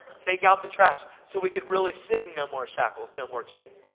take out the trash, so we can really sing, no more shackles, no more chains.